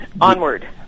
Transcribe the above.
Onward